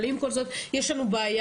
אבל עם כל זאת יש לנו בעיה,